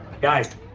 guys